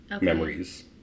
memories